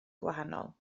gwahanol